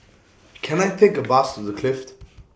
Can I Take A Bus to The Clift